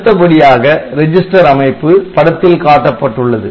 அடுத்தபடியாக ரெஜிஸ்டர் அமைப்பு படத்தில் காட்டப்பட்டுள்ளது